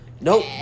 Nope